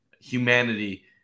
humanity